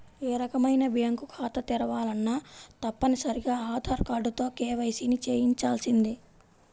ఏ రకమైన బ్యేంకు ఖాతా తెరవాలన్నా తప్పనిసరిగా ఆధార్ కార్డుతో కేవైసీని చెయ్యించాల్సిందే